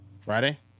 Friday